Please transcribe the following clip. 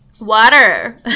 water